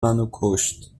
منوکشت